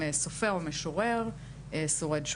לסופר או משורר שורד שואה,